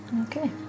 Okay